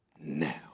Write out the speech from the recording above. now